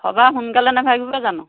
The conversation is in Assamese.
সভা সোনকালে নাভাগিব জানো